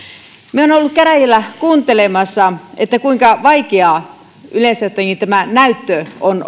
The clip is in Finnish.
minä olen ollut käräjillä kuuntelemassa kuinka vaikeaa yleensä ottaenkin tämä näyttö on